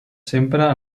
sempre